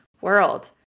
world